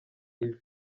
ivy